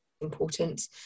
important